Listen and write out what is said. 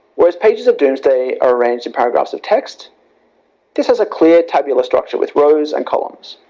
whereas pages of doomsday are arranged in paragraphs of text this has a clear tabular structure with rows and columns